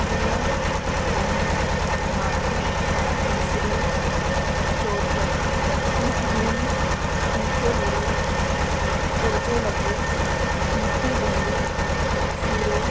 गिहर खंडु माखी मिस्री चौथो माजून मिठो लोलो गुड़ जो लड्डू मिठी बूंदी सीरो